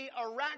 Iraq